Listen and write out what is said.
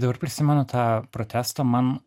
dabar prisimenu tą protestą man